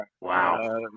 Wow